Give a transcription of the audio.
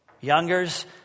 Youngers